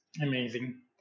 amazing